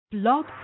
Blog